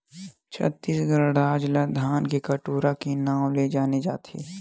छत्तीसगढ़ राज ल धान के कटोरा के नांव ले जाने जाथे